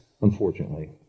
unfortunately